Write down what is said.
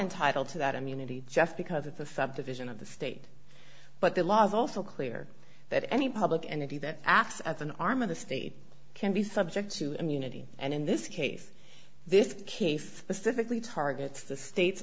entitled to that immunity just because it's a subdivision of the state but the law is also clear that any public entity that acts as an arm of the state can be subject to immunity and in this case this qif pacifically targets the states